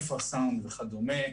אינפרא-סאונד וכדומה.